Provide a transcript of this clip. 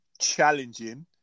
challenging